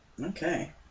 Okay